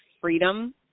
freedom